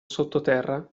sottoterra